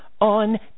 on